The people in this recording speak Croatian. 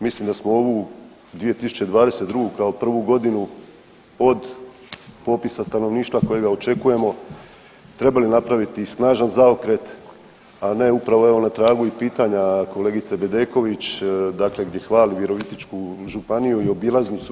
Mislim da smo ovu 2022. kao prvu godinu od popisa stanovništva kojega očekujemo trebali napraviti snažan zaokret, a ne upravo na evo na tragu i pitanja kolegice Bedeković dakle gdje hvali Virovitičku županiju i obilaznicu.